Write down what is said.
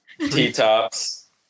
T-tops